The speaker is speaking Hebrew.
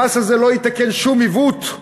המס הזה לא יתקן שום עיוות,